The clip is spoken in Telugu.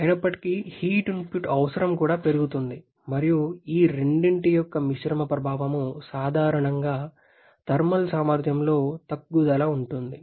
అయినప్పటికీ హీట్ ఇన్పుట్ అవసరం కూడా పెరుగుతుంది మరియు ఈ రెండింటి యొక్క మిశ్రమ ప్రభావం సాధారణంగా థర్మల్ సామర్థ్యంలో తగ్గుదల ఉంటుంది